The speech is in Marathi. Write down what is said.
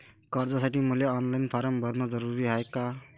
कर्जासाठी मले ऑनलाईन फारम भरन जरुरीच हाय का?